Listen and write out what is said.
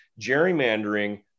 gerrymandering